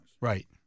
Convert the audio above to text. Right